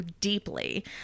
deeply